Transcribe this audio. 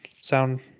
sound